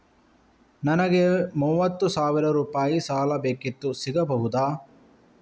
ನನಗೆ ಮೂವತ್ತು ಸಾವಿರ ರೂಪಾಯಿ ಸಾಲ ಬೇಕಿತ್ತು ಸಿಗಬಹುದಾ?